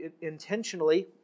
intentionally